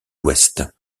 ouest